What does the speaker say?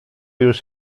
już